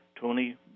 Tony